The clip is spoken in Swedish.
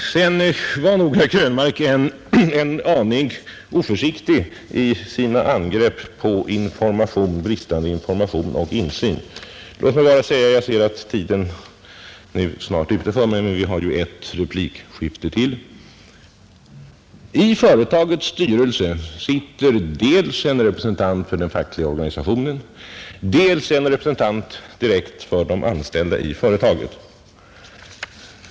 Herr Krönmark var nog en aning oförsiktig i sina angrepp på bristande information och insyn. Låt mig bara säga — jag ser att tiden snart är ute för mig, men vi har ju ett replikskifte till — att i företagets styrelse sitter dels en representant för den fackliga organisationen, dels en representant för de anställda i företaget.